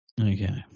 Okay